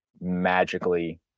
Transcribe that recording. Magically